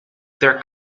their